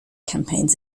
campaigns